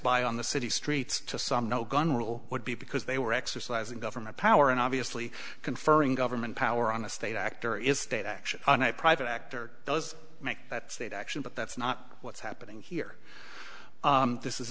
by on the city streets to some no gun rule would be because they were exercising government power and obviously conferring government power on a state actor is state action on a private actor does make that state action but that's not what's happening here this is